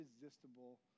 irresistible